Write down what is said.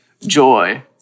joy